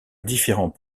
différents